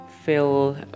fill